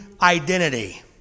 identity